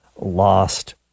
lost